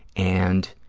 and